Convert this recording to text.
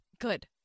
Good